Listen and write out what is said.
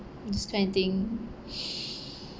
this kind of thing